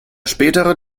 spätere